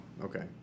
okay